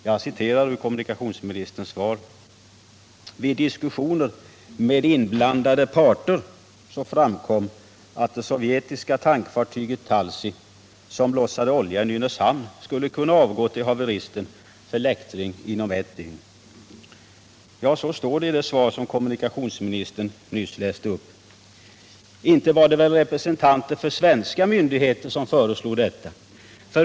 Jag citerar ur svaret: ”Vid diskussioner med inblandade parter framkom att det sovjetiska tankfartyget Talsy, som lossade olja i Nynäshamn, skulle kunna avgå till haveristen för läktring inom ett dygn.” Ja, så står det i det svar som kommunikationsministern nyss läste SS upp. Men inte var det väl representanter för svenska myndigheter som föreslog detta?